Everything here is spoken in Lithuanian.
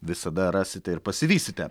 visada rasite ir pasivysite